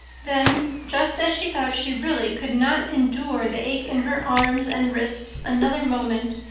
then, just as she thought she really could not endure the ache in her arms and wrists another moment,